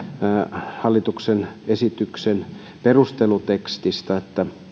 hallituksen esityksen perustelutekstistä